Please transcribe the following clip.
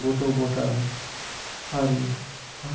गथ' गथाय हारिखौ